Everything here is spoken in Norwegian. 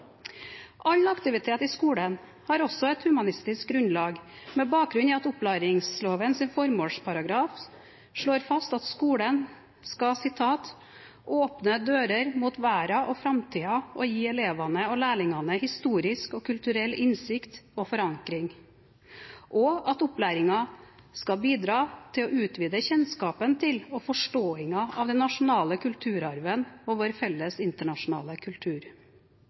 All aktivitet i skolen har også et humanistisk grunnlag med bakgrunn i at opplæringslovens formålsparagraf slår fast at skolen skal «opne dører mot verda og framtida og gi elevane og lærlingane historisk og kulturell innsikt og forankring», og: «Opplæringa skal bidra til å utvide kjennskapen til og forståinga av den nasjonale kulturarven og vår felles internasjonale